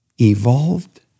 evolved